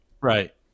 Right